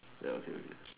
ya okay okay